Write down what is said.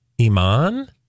Iman